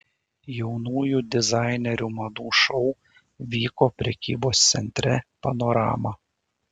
jaunųjų dizainerių madų šou vyko prekybos centre panorama